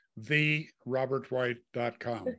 therobertwhite.com